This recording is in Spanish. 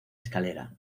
escalera